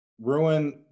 Ruin